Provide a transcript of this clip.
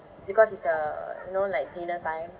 because it's uh you know like dinner time